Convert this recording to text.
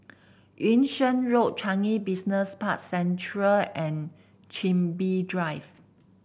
Yung Sheng Road Changi Business Park Central and Chin Bee Drive